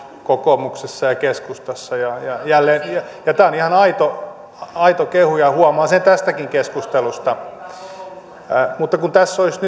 kokoomuksessa ja keskustassa tämä on ihan aito aito kehu ja huomaa sen tästäkin keskustelusta tässä olisi